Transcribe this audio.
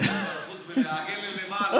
ל-0.7% ולעגל למעלה.